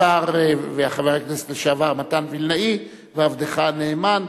השר וחבר הכנסת לשעבר מתן וילנאי ועבדך הנאמן,